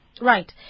Right